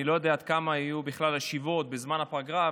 אני לא יודע עוד כמה יהיו בכלל ישיבות בזמן הפגרה,